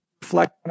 reflect